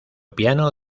piano